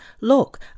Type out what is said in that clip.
Look